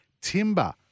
timber